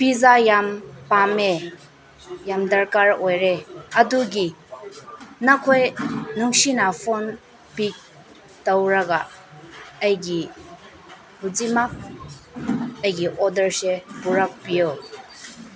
pizza ꯌꯥꯝ ꯄꯥꯝꯃꯦ ꯌꯥꯝ ꯗꯔꯀꯥꯔ ꯑꯣꯏꯔꯦ ꯑꯗꯨꯒꯤ ꯅꯈꯣꯏ ꯅꯨꯡꯁꯤꯅ ꯐꯣꯟ ꯄꯤꯛ ꯇꯧꯔꯒ ꯑꯩꯒꯤ ꯍꯧꯖꯤꯛꯃꯛ ꯑꯩꯒꯤ ꯑꯣꯗꯔꯁꯦ ꯄꯨꯔꯛꯄꯤꯌꯣ